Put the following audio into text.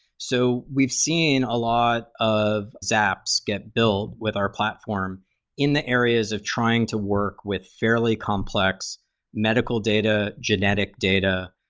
so we've seen a lot of xaps get build with our platform in the areas of trying to work with fairy complex medical data, genetic data,